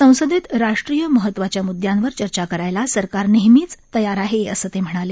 ससंदेत राष्ट्रीय महत्वाच्या मुद्यांवर चर्चा करायला सरकार नेहमीच तयार आहे असं ते म्हणाले